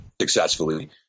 successfully